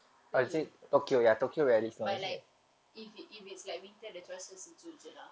really but like if it if it's like winter the cuaca sejuk jer lah